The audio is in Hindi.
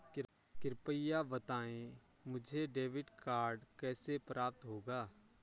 कृपया बताएँ मुझे डेबिट कार्ड कैसे प्राप्त होगा?